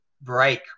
break